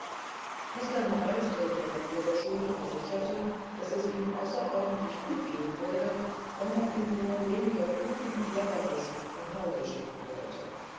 mr miles der direktor der schule versicherte daß es ihm außerordentlich gut gehen würde wenn man ihm nur weniger kuchen und leckerbissen von hause schicken wollte